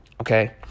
okay